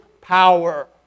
power